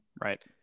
Right